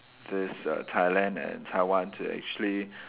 this uh Thailand and Taiwan to actually